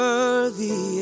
Worthy